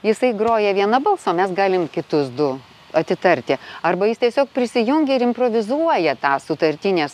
jisai groja vieną balsą o mes galim kitus du atitarti arba jis tiesiog prisijungia ir improvizuoja tą sutartinės